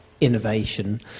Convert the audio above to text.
innovation